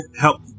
help